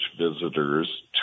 visitors